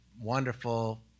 wonderful